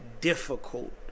difficult